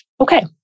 Okay